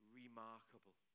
remarkable